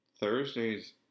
Thursday's